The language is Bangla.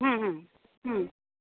হুম হুম হুম